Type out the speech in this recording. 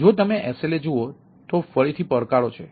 તેથી જો તમે SLA જુઓ તો ફરીથી પડકારો છે